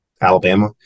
Alabama